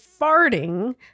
farting